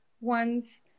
ones